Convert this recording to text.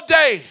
day